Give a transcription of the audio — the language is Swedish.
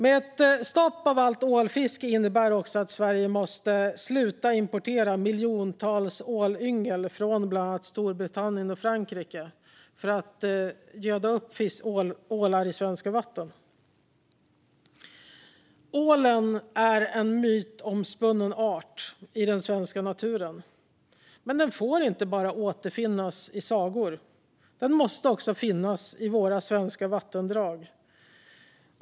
Ett stopp för allt ålfiske innebär också att Sverige måste sluta importera miljontals ålyngel från bland annat Storbritannien och Frankrike för att göda upp ålar i svenska vatten. Ålen är en mytomspunnen art i den svenska naturen, men den får inte bara återfinnas i sagor. Den måste också finnas i våra svenska vattendrag.